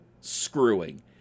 screwing